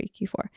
Q4